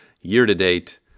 year-to-date